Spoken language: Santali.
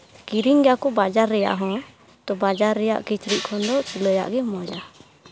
ᱠᱤᱨᱤᱧ ᱜᱮᱭᱟ ᱠᱚ ᱵᱟᱡᱟᱨ ᱨᱮᱭᱟᱜ ᱦᱚᱸ ᱛᱳ ᱵᱟᱡᱟᱨ ᱨᱮᱭᱟᱜ ᱠᱤᱪᱨᱤᱡ ᱠᱷᱚᱱ ᱫᱚ ᱥᱤᱞᱟᱭᱟᱜ ᱜᱮ ᱢᱚᱡᱟ